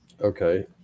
Okay